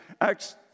acts